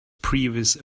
previous